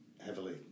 heavily